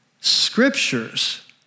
scriptures